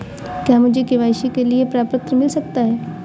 क्या मुझे के.वाई.सी के लिए प्रपत्र मिल सकता है?